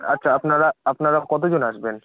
আচ্ছা আপনারা আপনারা কতজন আসবেন